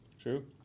true